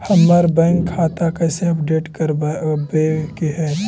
हमर बैंक खाता कैसे अपडेट करबाबे के है?